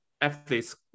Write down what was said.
athlete's